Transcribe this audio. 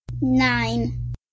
Nine